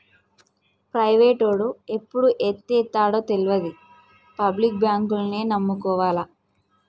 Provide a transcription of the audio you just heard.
ప్రైవేటోడు ఎప్పుడు ఎత్తేత్తడో తెల్వది, పబ్లిక్ బాంకుల్నే నమ్ముకోవాల